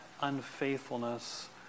unfaithfulness